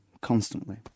constantly